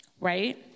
right